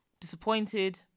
disappointed